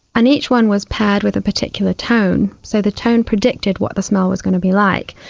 and each one was paired with a particular tone. so the tone predicted what the smell was going to be like.